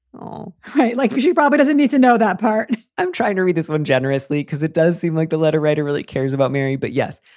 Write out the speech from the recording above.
all right. like she probably doesn't need to know that part. i'm trying to read this one generously because it does seem like the letter writer really cares about mary. but, yes,